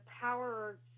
power